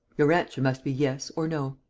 your answer must be yes or no.